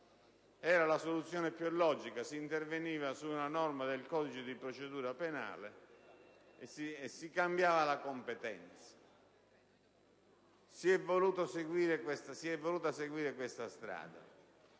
Era la soluzione più logica: s'interveniva su una norma del codice di procedura penale e si cambiava la competenza. Si è voluta seguire invece questa strada.